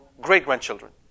great-grandchildren